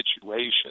situation